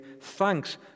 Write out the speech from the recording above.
thanks